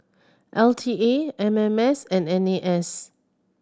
L T A M M S and N A S